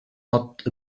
not